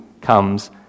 comes